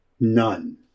None